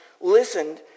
listened